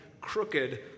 crooked